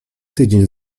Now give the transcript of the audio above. tydzień